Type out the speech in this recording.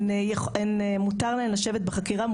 מותר להן לשבת בחקירה,